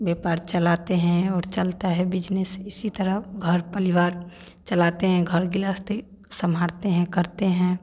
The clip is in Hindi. व्यापार चलाते हैं और चलता है बिजनेस इसी तरह घर परिवार चलाते हैं घर ग्लेस्थी संभालते हैं करते हैं